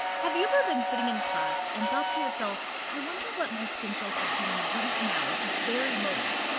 have you ever been sitting in class and thought to yourself, i wonder what my skin cells are doing right now at this very moment?